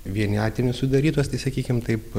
vieniatinius sudarytos tai sakykim taip